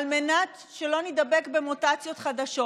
על מנת שלא נידבק במוטציות חדשות.